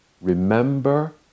remember